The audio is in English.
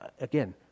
Again